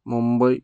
Mumbai